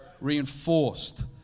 reinforced